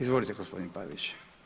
Izvolite gospodin Pavić.